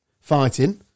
fighting